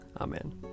Amen